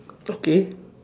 okay